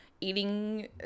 eating